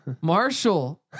Marshall